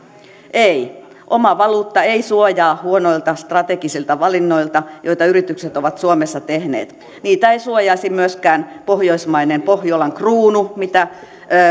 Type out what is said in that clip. ei oma valuutta ei suojaa huonoilta strategisilta valinnoilta joita yritykset ovat suomessa tehneet niitä ei suojaisi myöskään pohjoismainen pohjolan kruunu mitä